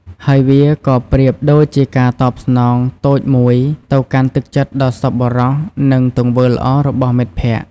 ហើយវាក៏ប្រៀបដូចជាការតបស្នងតូចមួយ ទៅកាន់ទឹកចិត្តដ៏សប្បុរស និងទង្វើល្អរបស់មិត្តភក្តិ។